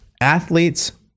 athletes